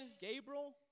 Gabriel